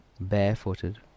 barefooted